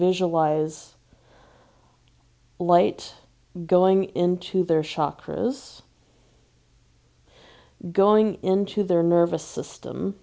visualize light going into their shock has going into their nervous system